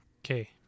Okay